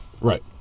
Right